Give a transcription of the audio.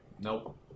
nope